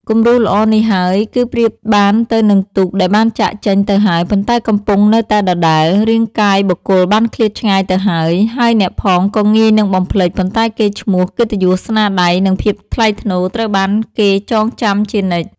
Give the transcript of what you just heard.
គំរូល្អនេះហើយ គឺប្រៀបបានទៅនឹងទូក ដែលបានចាកចេញទៅហើយ ប៉ុន្តែកំពង់នៅតែដដែល។ រាងកាយបុគ្គលបានឃ្លាតឆ្ងាយទៅហើយ ហើយអ្នកផងក៏ងាយនិងបំភ្លេច ប៉ុន្តែកេរ្តិ៍ឈ្មោះ កិត្តិយស ស្នាដៃ និងភាពថ្លៃថ្នូរត្រូវបានគេចងចាំជានិច្ច។